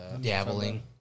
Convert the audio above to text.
Dabbling